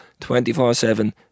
24-7